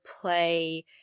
play